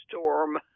storm